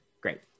Great